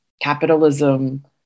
capitalism